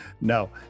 no